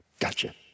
Gotcha